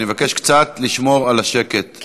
אני מבקש קצת לשמור על השקט,